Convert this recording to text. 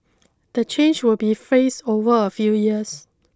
the change will be phased over a few years